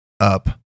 up